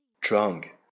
drunk